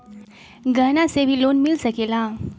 गहना से भी लोने मिल सकेला?